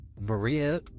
Maria